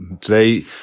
today